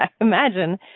Imagine